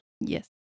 Yes